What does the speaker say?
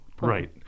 right